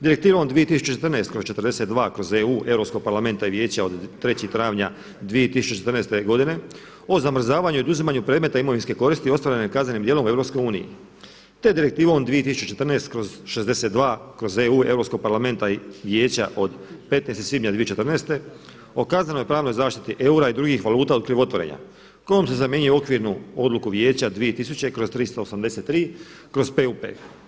Direktivom 2014/42/EU Europskog parlamenta i vijeća od 3. travnja 2014. godine o zamrzavanju i oduzimanju predmeta imovinske koristi i … kaznenim dijelom u EU te Direktivom 2014/62/EU Europskog parlamenta i Vijeća od 15. svibnja 2014. o kaznenoj pravnoj zaštiti eura i drugih valuta od krivotvorenja kojom se zamjenjuje okvirnu odluku vijeća 2000/383/PUP.